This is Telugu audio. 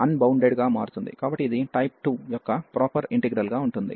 కాబట్టి ఇది టైప్ 2 యొక్క ప్రాపర్ఇంటిగ్రల్ గా ఉంటుంది